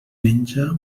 menja